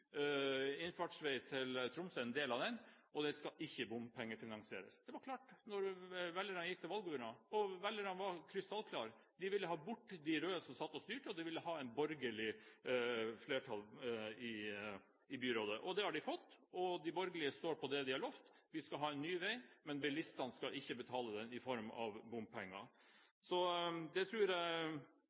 innfartsvei til Tromsø, og den skulle ikke bompengefinansieres. Det var klart når velgerne gikk til valgurna, og velgerne var krystallklar. De ville ha bort de røde som satt og styrte. De ville ha et borgerlig flertall i byrådet. Det har de fått, og de borgerlige står på de har lovt. Vi skal ha en ny vei, men bilistene skal ikke betale den i form av bompenger. Så jeg